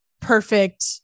perfect